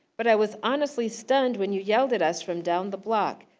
but i was honestly stunned when you yelled at us from down the block,